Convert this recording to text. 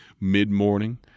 mid-morning